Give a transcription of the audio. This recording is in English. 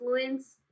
influence